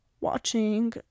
watching